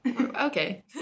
Okay